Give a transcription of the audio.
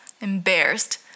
embarrassed